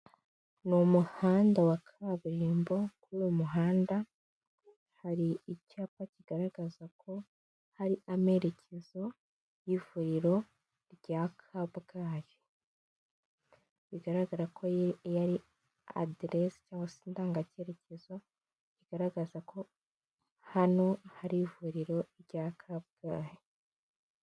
Ni umuhanda wa kaburimbo kuri uyu muhanda hari icyapa kigaragaza ko hari amerekezo y'ivuriro rya Kabgayi, bigaragara ko yari aderesi cyangwa se indangakerekezo igaragaza ko hano hari ivuriro rya Kabgayi.